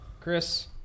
Chris